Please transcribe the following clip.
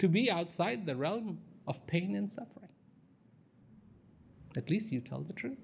to be outside the realm of pain and suffering at least you tell the truth